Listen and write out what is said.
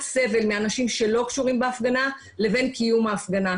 סבל מאנשים שלא קשורים להפגנה לבין קיומה של ההפגנה.